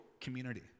community